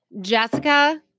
Jessica